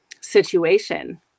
situation